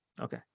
Okay